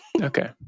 okay